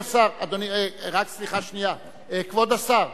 כבוד השר,